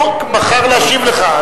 הוא בחר להשיב לך.